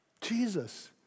Jesus